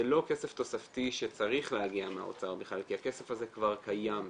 זה לא כסף תוספתי שצריך להגיע מהאוצר בכלל כי הכסף הזה כבר קיים שם.